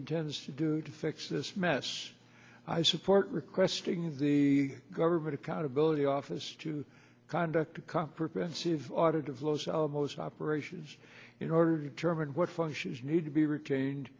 intends to do to fix this mess i support requesting the government accountability office to conduct a comprehensive audit of los alamos operations in order to determine what functions need to be retained